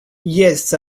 yes